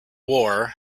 war